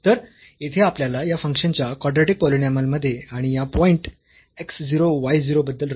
तर येथे आपल्याला या फंक्शनच्या कॉड्रॅटिक पॉलिनॉमियल मध्ये आणि या पॉईंट x 0 y 0 बद्दल रस आहे